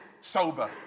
sober